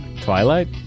Twilight